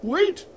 Wait